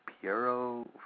Piero